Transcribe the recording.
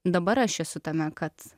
dabar aš esu tame kad